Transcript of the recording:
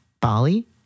Bali